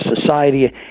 society